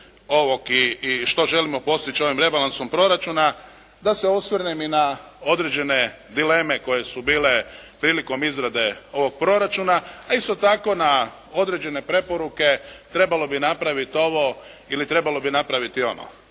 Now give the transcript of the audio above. i što želimo postići ovim rebalansom proračuna, da se osvrnem i na određene dileme koje su bile prilikom izrade ovoga proračuna a isto tako na određene preporuke trebalo bi napraviti ovo ili trebalo bi napraviti ono.